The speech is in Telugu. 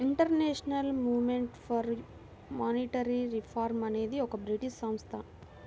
international movement for monetary reform అనేది ఒక బ్రిటీష్ సంస్థ